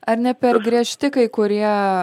ar ne per griežti kai kurie